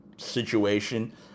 situation